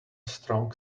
strong